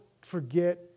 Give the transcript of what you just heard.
forget